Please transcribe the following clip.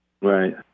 Right